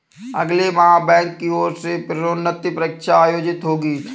अगले माह बैंक की ओर से प्रोन्नति परीक्षा आयोजित होगी